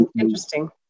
interesting